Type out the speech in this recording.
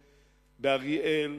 באריאל,